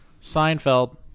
Seinfeld